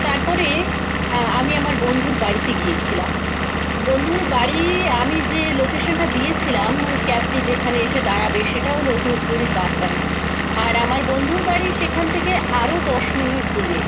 তারপরে আমি আমার বন্ধুর বাড়িতে গিয়েছিলাম বন্ধুর বাড়ি আমি যে লোকেশানটা দিয়েছিলাম ক্যাবটি যেখানে এসে দাঁড়াবে সেটা হল ধুপগুড়ির বাস স্ট্যান্ড আর আমার বন্ধুর বাড়ি সেখান থেকে আরও দশ মিনিট দূরে